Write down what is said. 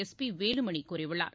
S P Velumani கூறியுள்ளார்